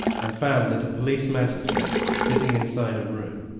and found that a police magistrate, sitting inside a room,